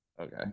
Okay